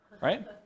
Right